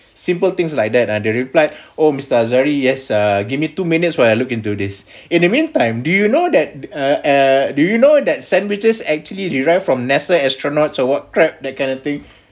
simple things like that ah they replied oh mister azhari yes uh give me two minutes where I look into this in the meantime do you know that err uh do you know that sandwiches actually derived from nasa astronauts or what crap that kind of thing